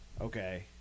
okay